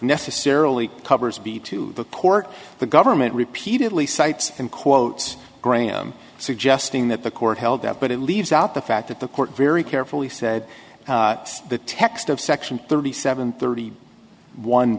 necessarily covers be to support the government repeatedly cites and quotes graham suggesting that the court held that but it leaves out the fact that the court very carefully said the text of section thirty seven thirty one